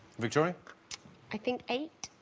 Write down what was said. victoria i think eight